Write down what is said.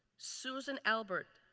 susan albert,